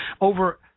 Over